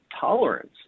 tolerance